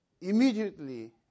immediately